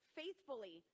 faithfully